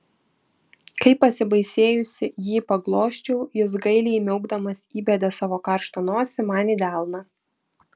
kai pasibaisėjusi jį paglosčiau jis gailiai miaukdamas įbedė savo karštą nosį man į delną